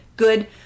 good